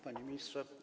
Panie Ministrze!